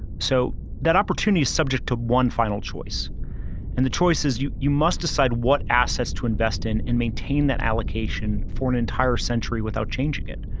so that opportunity is subject to one final choice and the choice is, you you must decide what assets to invest in and maintain that allocation for an entire century without changing it.